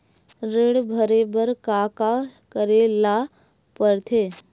ऋण भरे बर का का करे ला परथे?